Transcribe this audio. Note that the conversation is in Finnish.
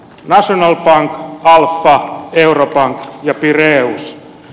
national bank alpha eurobank ja piraeus